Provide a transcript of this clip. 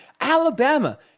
Alabama